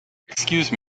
excuse